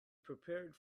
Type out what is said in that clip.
prepared